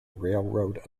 railroad